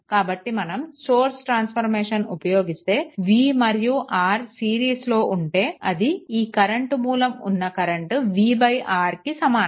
కాబట్టి మనం source transformation ఉపయోగిస్తే v మరియు R సిరీస్లో ఉంటే అది ఈ కరెంట్ మూలం ఉన్న కరెంట్ vR కి సమానం